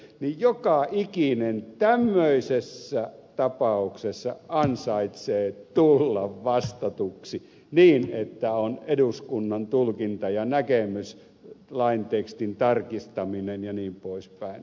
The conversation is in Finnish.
joka ikinen tämmöisessä tapauksessa ansaitsee tulla vastatuksi niin että on eduskunnan tulkinta ja näkemys lain tekstin tarkistaminen jnp